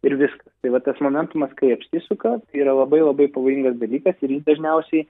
ir viskas tai vat tas momentumas kai apsisuka yra labai labai pavojingas dalykas ir jis dažniausiai